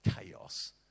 chaos